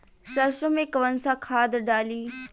सरसो में कवन सा खाद डाली?